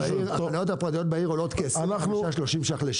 החניות הפרטיות בעיר עולות כ- 25-30 ₪ לשעה.